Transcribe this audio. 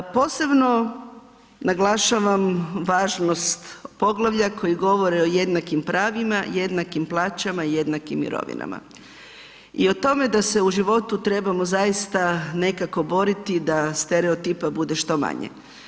Posebno naglašavam važnost poglavlja koji govori o jednakim pravima, jednakim plaćama i jednakim mirovinama i o tome da se u životu trebamo zaista nekako boriti da stereotipa bude što manje.